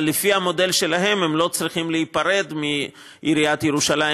אבל לפי המודל שלהם הם לא צריכים להיפרד מעיריית ירושלים,